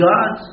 God